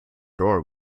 door